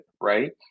right